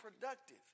productive